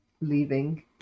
leaving